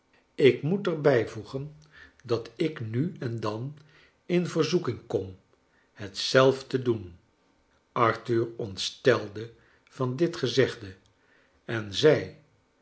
ik moet er bijvoegen dat ik nu en dan in verzoeking kom het zelf te doen arthur ontstelde van dit gezegde en zei